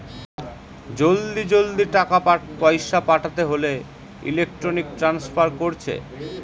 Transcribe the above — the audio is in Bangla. জলদি জলদি টাকা পয়সা পাঠাতে হোলে ইলেক্ট্রনিক ট্রান্সফার কোরছে